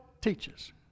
teaches